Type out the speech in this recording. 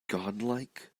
godlike